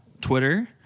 Twitter